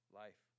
life